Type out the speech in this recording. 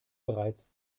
bereits